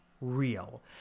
real